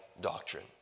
doctrine